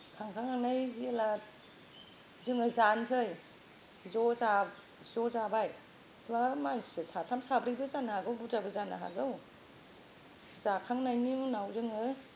खांखांनानै जेब्ला जोङो जानोसै ज' जा ज' जाबाय मानसिया साथाम साब्रैबो जानो हागौ बुरजाबो जानो हागौ जाखांनायनि उनाव जोङो